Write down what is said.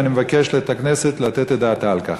ואני מבקש מהכנסת לתת את דעתה על כך.